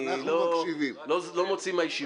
אני לא מוציא מהישיבה.